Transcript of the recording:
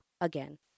again